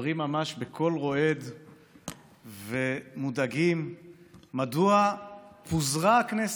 מדברים ממש בקול רועד ומודאגים מדוע פוזרה הכנסת,